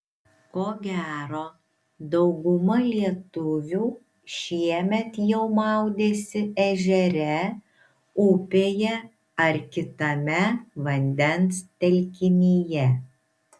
ko gero dauguma lietuvių šiemet jau maudėsi ežere upėje ar kitame vandens telkinyje